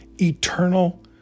eternal